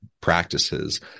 practices